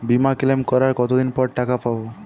বিমা ক্লেম করার কতদিন পর টাকা পাব?